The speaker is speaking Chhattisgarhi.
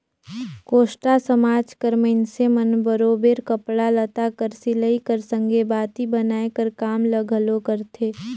कोस्टा समाज कर मइनसे मन बरोबेर कपड़ा लत्ता कर सिलई कर संघे बाती बनाए कर काम ल घलो करथे